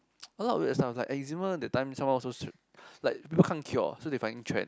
a lot of weird stuff like eczema that time someone also should like people can't cure so they finding trend